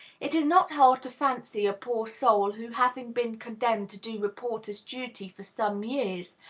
it is not hard to fancy a poor soul who, having been condemned to do reporters' duty for some years,